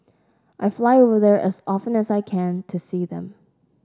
I fly over there as often as I can to see them